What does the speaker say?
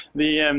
the